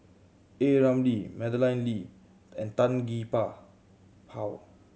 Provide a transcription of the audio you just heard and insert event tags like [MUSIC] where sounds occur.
A Ramli Madeleine Lee and Tan Gee [UNINTELLIGIBLE] Paw